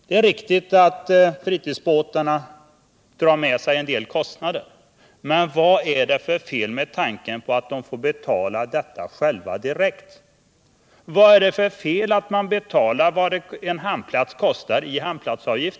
Det är riktigt att fritidsbåtarna drar med sig en del kostnader, men vad är det för fel med tanken att båtägarna själva skall få betala dessa kostnader direkt? Vad är det för fel att man betalar vad en hamnplats kostar i hamnavgift?